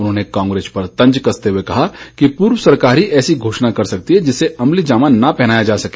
उन्होंने कांग्रेस पर तंज कसते हुए कहा कि पूर्व सरकार ही ऐसी घोषणा कर सकती है जिसे अमलीजामा न पहनाया जा सके